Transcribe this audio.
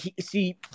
See